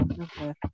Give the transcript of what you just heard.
Okay